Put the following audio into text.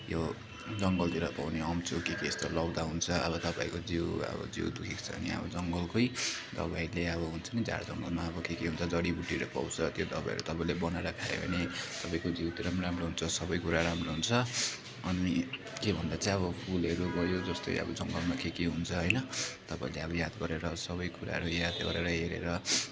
यो जङ्गलतिर पाउने हम्चो कि के यस्तो लगाउँदा हुन्छ अब तपाईँको जिउ अब जिउ दुखेको छ भने अब जङ्गलकै दबाईले अब हुन्छ नि झारजङ्गलमा अब के के हुन्छ जडीबुटीहरू पाउँछ त्यो दबाईहरू तपाईँले बनाएर खायो भने तपाईँको जिउतिर पनि राम्रो हुन्छ सबै कुरा राम्रो हुन्छ अनि के भन्दा चाहिँ अब फुलहरू भयो जस्तै अब जङ्गलमा के के हुन्छ होइन तपाईँहरूले अब याद गरेर सबै कुराहरू याद गरेर हेरेर